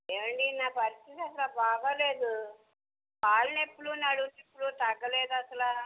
ఏమండి నా పరిస్థితి అసలు బాగాలేదు కాళ్ళు నెప్పులు నడుము నెప్పులు తగ్గలేదు అసలు